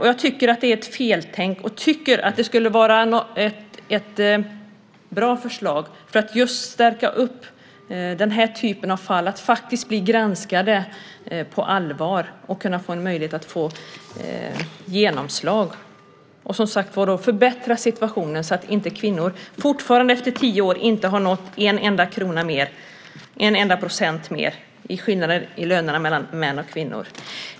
Jag tycker att det är ett feltänk och tycker att det skulle vara bra om den här typen av fall blev granskade på allvar och fick genomslag när det gäller att förbättra situationen. Fortfarande efter tio år har kvinnor inte nått en enda krona mer, en enda procent mer i lön i förhållande till män.